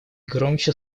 громче